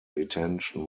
intention